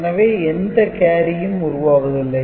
எனவே எந்த கேரியும் உருவாவதில்லை